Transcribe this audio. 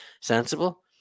sensible